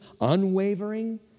unwavering